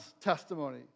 testimony